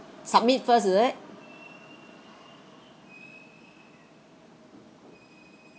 submit first is it